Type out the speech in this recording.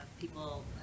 people